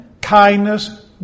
kindness